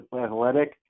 athletic